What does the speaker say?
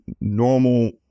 normal